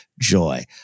joy